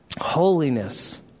holiness